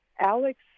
Alex